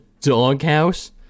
doghouse